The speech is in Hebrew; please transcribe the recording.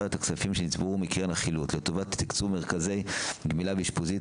הכספים שנצברו מקרן החילוט לטובת תקצוב מרכזי גמילה ואשפוזיות.